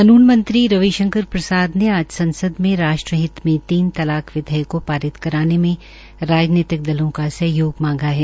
कानून मंत्री रविशंकर प्रसाद ने आज संसद में आज राष्ट्रहित में तीन तलाक विधेयक को पारित कराने में राजनीतक दलों का सहयोग मांगा है